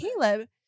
caleb